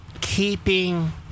keeping